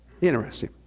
Interesting